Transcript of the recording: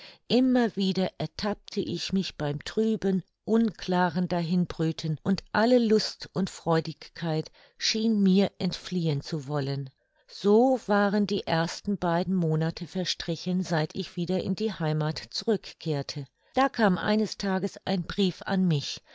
immer wieder ertappte ich mich beim trüben unklaren dahinbrüten und alle lust und freudigkeit schien mir entfliehen zu wollen so waren die ersten beiden monate verstrichen seit ich wieder in die heimath zurückkehrte da kam eines tages ein brief an mich